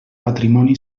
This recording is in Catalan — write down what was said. patrimoni